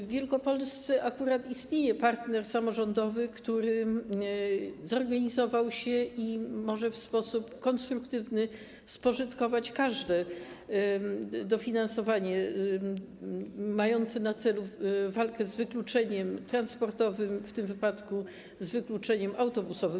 W Wielkopolsce akurat istnieje partner samorządowy, który zorganizował się i może w sposób konstruktywny spożytkować każde dofinansowanie mające na celu walkę z wykluczeniem transportowym, w tym wypadku z wykluczeniem autobusowym.